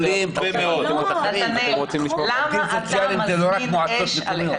נתנאל, למה אתה מזמין אש עליך?